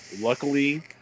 luckily